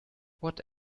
what